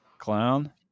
clown